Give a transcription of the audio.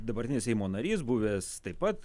dabartinis seimo narys buvęs taip pat